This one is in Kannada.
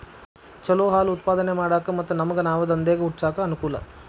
ಚಲೋ ಹಾಲ್ ಉತ್ಪಾದನೆ ಮಾಡಾಕ ಮತ್ತ ನಮ್ಗನಾವ ದಂದೇಗ ಹುಟ್ಸಾಕ ಅನಕೂಲ